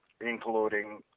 including